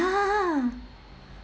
ya (uh huh)